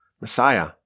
Messiah